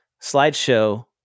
slideshow